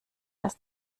das